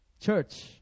Church